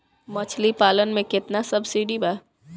मछली पालन मे केतना सबसिडी बा?